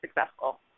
successful